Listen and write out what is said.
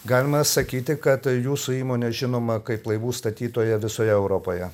galima sakyti kad jūsų įmonė žinoma kaip laivų statytoja visoje europoje